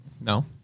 No